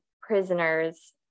prisoners